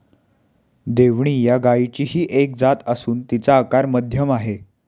देवणी या गायचीही एक जात असून तिचा आकार मध्यम आहे